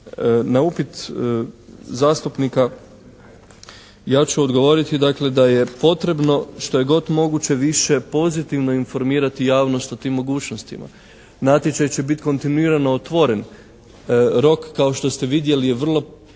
Na upit zastupnika ja ću odgovoriti dakle da je potrebno što je moguće više pozitivno informirati javnost o tim mogućnostima. Natječaj će biti kontinuirano otvoren. Rok, kao što ste vidjeli je vrlo